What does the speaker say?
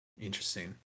interesting